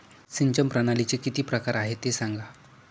सिंचन प्रणालीचे किती प्रकार आहे ते सांगा